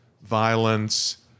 violence